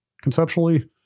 conceptually